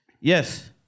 Yes